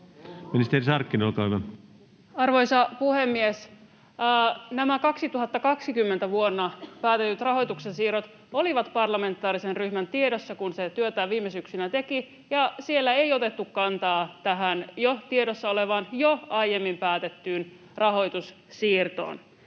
Ministeri Sarkkinen, olkaa hyvä. Arvoisa puhemies! Nämä vuonna 2020 päätetyt rahoituksen siirrot olivat parlamentaarisen ryhmän tiedossa, kun se työtään viime syksynä teki, ja siellä ei otettu kantaa tähän jo tiedossa olevaan, jo aiemmin päätettyyn rahoitussiirtoon.